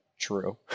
true